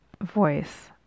voice